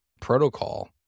protocol